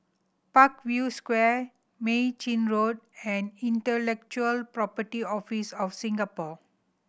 Parkview Square Mei Chin Road and Intellectual Property Office of Singapore